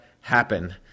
happen